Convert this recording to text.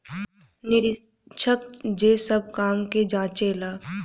निरीक्षक जे सब काम के जांचे ला